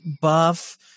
buff